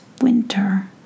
winter